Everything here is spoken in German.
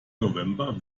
november